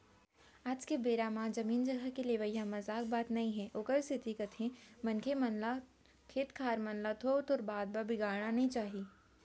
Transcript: आज के बेरा म जमीन जघा के लेवई ह मजाक बात नई हे ओखरे सेती कथें मनखे मन ल खेत खार मन ल थोक थोक बात बर बिगाड़ना नइ चाही